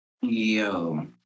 Yo